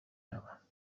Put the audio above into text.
روم